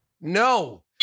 No